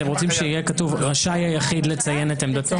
אתם רוצים שיהיה כתוב "רשאי היחיד לציין את עמדתו"?